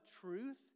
truth